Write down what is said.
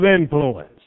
influence